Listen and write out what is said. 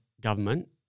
government